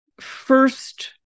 first